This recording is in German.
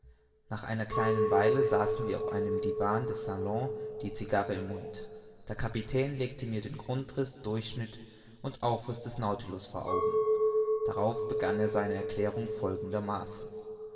nach einer kleinen weile saßen wir auf einem divan des salon die cigarre im munde der kapitän legte mir den grundriß durchschnitt und aufriß des nautilus vor augen darauf begann er seine erklärung folgendermaßen